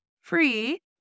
free